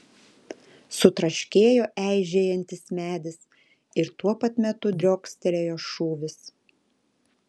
sutraškėjo eižėjantis medis ir tuo pat metu driokstelėjo šūvis